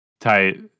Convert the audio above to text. tight